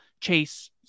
Chase